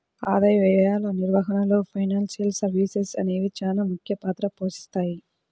ఆదాయ వ్యయాల నిర్వహణలో ఫైనాన్షియల్ సర్వీసెస్ అనేవి చానా ముఖ్య పాత్ర పోషిత్తాయి